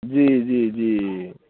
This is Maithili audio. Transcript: जी जी जी